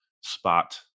spot